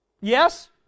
Yes